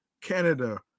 Canada